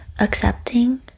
accepting